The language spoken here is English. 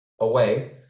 away